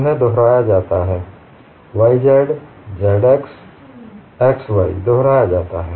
उन्हें दोहराया जाता है yz zx xy दोहराया जाता है